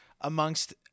amongst